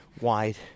wide